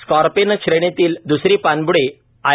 scorpion श्रेणीतील द्रसरी पाणब्डी आय